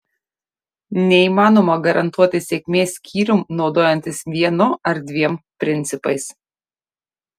neįmanoma garantuoti sėkmės skyrium naudojantis vienu ar dviem principais